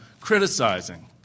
criticizing